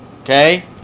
Okay